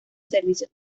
servicios